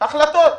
החלטות.